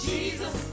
Jesus